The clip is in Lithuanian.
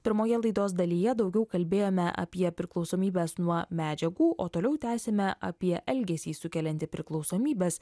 pirmoje laidos dalyje daugiau kalbėjome apie priklausomybes nuo medžiagų o toliau tęsiame apie elgesį sukeliantį priklausomybes